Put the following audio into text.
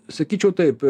sakyčiau taip